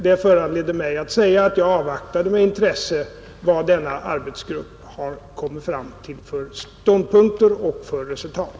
Det föranledde mig att säga att jag avvaktade med intresse vad denna arbetsgrupp har kommit fram till för ståndpunkter och resultat.